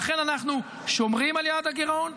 לכן אנחנו שומרים על יעד הגירעון.